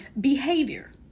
behavior